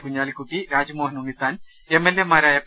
Kunhalikutty Rajmohan Unnithan M L A മാരായ P